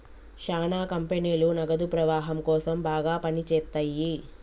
శ్యానా కంపెనీలు నగదు ప్రవాహం కోసం బాగా పని చేత్తయ్యి